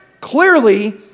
Clearly